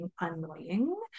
annoying